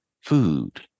food